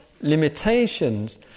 limitations